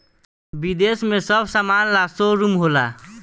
विदेश में सब समान ला शोरूम होला